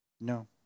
No